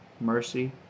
mercy